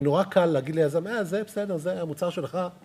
‫נורא קל להגיד ליזם, ‫אז זה בסדר, זה המוצר שלך.